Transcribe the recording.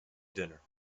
dinner